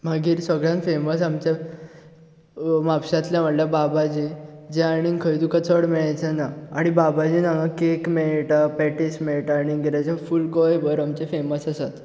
मागीर सगळ्यांत फॅमस आमच्या म्हापश्यांतलें व्हडले बाबाजी जें आनी खंय तुमकां चड मेळचेंना आनी बाबाजींत हांगा कॅक मेळटा पॅटीस मेळटा आनी कितें जे फूल गोंयभर आमचें फॅमस आसा